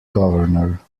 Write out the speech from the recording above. governor